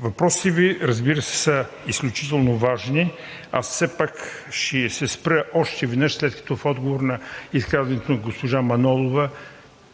въпросите Ви, разбира се, са изключително важни. Аз все пак ще се спра още веднъж, след като в отговор на изказването на госпожа Манолова